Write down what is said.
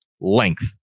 Length